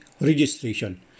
registration